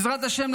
בעזרת השם,